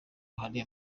hari